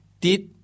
tit